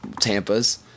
Tampa's